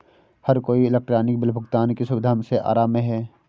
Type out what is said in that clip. हर कोई electronic bill भुगतान की सुविधा से आराम में है